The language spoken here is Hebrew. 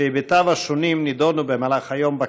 שהיבטיו השונים נדונו במהלך היום בכנסת,